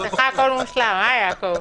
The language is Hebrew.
אצלך הכול מושלם, יעקב?